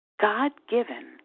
God-given